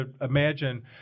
imagine